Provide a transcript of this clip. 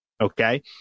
Okay